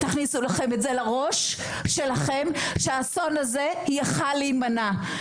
ותכניסו את זה לראש שלכם: האסון הזה יכול היה להימנע.